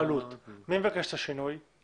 מי מבקש את שינוי הבעלות?